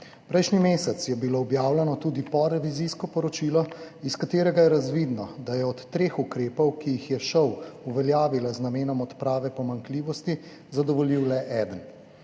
Prejšnji mesec je bilo objavljeno tudi porevizijsko poročilo, iz katerega je razvidno, da je od treh ukrepov, ki jih je ŠOU uveljavila z namenom odprave pomanjkljivosti, zadovoljil le eden,